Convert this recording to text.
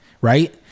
right